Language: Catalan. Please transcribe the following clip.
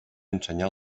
ensenyar